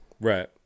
Right